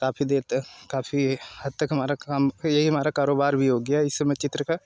काफ़ी देर तक काफ़ी हद तक हमारा काम यही हमारा कारोबार भी हो गया इस समय चित्र का